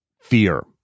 fear